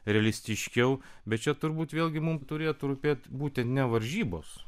realistiškiau bet čia turbūt vėlgi mum turėtų rūpėt būtent ne varžybos